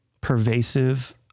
pervasive